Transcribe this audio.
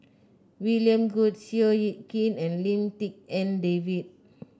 William Goode Seow Yit Kin and Lim Tik En David